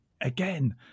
again